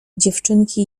dziewczynki